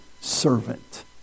servant